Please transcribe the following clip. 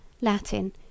Latin